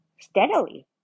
steadily